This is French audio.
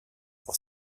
pour